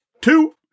two